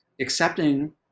accepting